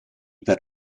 per